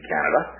Canada